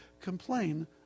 Complain